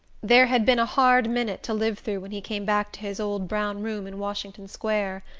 there had been a hard minute to live through when he came back to his old brown room in washington square.